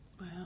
Wow